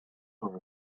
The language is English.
for